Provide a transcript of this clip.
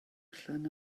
allan